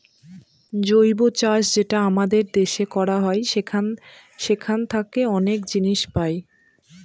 জৈব চাষ যেটা আমাদের দেশে করা হয় সেখান থাকে অনেক জিনিস পাই